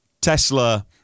Tesla